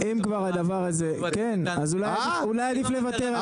אם כבר הדבר הזה, כן אז אולי עדיף לוותר על זה.